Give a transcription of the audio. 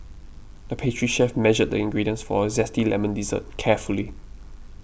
the pastry chef measured the ingredients for a Zesty Lemon Dessert carefully